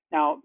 Now